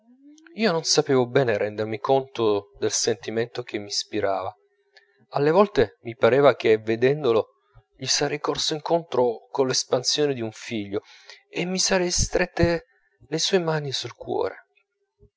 io non sapevo bene rendermi conto del sentimento che m'ispirava alle volte mi pareva che vedendolo gli sarei corso incontro coll'espansione di un figlio e mi sarei strette le sue mani sul cuore